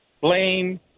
blame